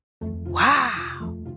Wow